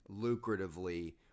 lucratively